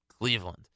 Cleveland